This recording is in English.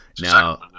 Now